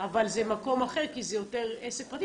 אבל זה מקום אחר כי זה יותר עסק פרטי.